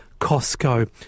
Costco